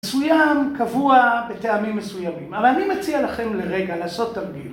מסוים, קבוע בטעמים מסוימים. אבל אני מציע לכם לרגע לעשות תרגיל.